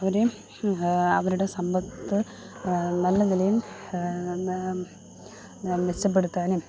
അവരേയും അവരുടെ സമ്പത്ത് നല്ല നിലയിൽ മെച്ചപ്പെടുത്താനും